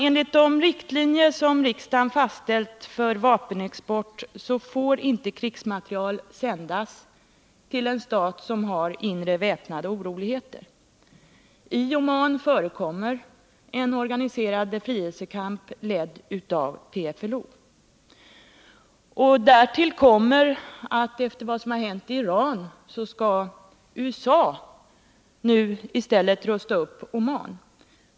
Enligt de riktlinjer som riksdagen har fastställt för vapenexport får inte krigsmateriel sändas till en stat som har inre väpnade oroligheter. I Oman förekommer en organiserad befrielsekamp, ledd av PFLO. Därtill kommer att efter vad som har hänt i Iran skall USA nu rusta upp Oman.